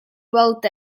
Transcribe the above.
weld